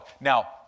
Now